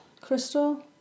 crystal